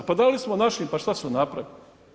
Pa dali smo našim pa šta su napravili.